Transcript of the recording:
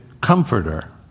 comforter